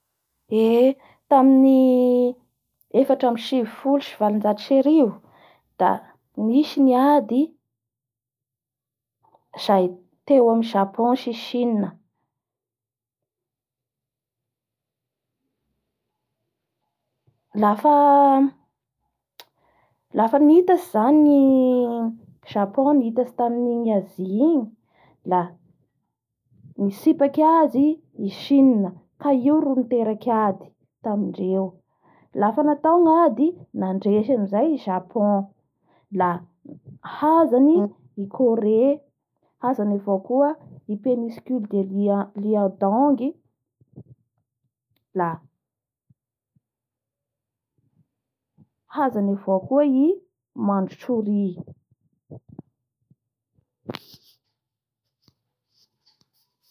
I Japon io zany da efitany amin'ny toera be loza araboajanahary amindreo any misy horohorontany da amindreo any misy anizao tsounami zao matetitiky misy avao koa ny agny ny inondation, da misy fipoahan'ny volcan avao koa ny any.